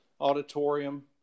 Auditorium